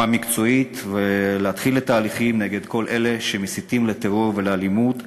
המקצועית ולהתחיל בהליכים נגד כל אלה שמסיתים לטרור ולאלימות,